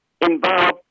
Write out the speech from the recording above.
involved